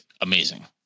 amazing